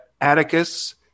Atticus